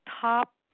top